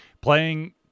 Playing